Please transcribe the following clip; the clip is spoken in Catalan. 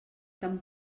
tan